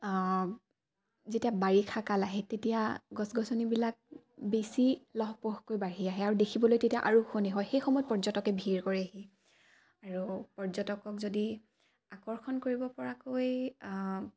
যেতিয়া বাৰিষাকাল আহে তেতিয়া গছ গছনিবিলাক বেছি লহপহকৈ বাঢ়ি আহে আৰু দেখিবলৈ তেতিয়া আৰু শুৱনি হয় সেই সময়ত পৰ্যটকে ভিৰ কৰেহি আৰু পৰ্যটকক যদি আকৰ্ষণ কৰিবপৰাকৈ